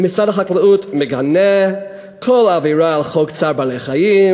משרד החקלאות מגנה כל עבירה על חוק צער בעלי-חיים,